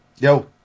Yo